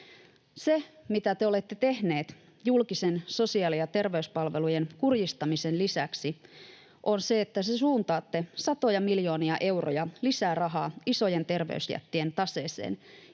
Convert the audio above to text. Se, mitä te olette tehneet julkisten sosiaali- ja terveyspalvelujen kurjistamisen lisäksi, on se, että te suuntaatte satoja miljoonia euroja lisää rahaa isojen terveysjättien taseeseen